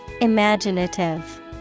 Imaginative